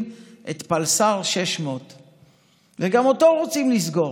את פלס"ר 600. וגם אותו רוצים לסגור.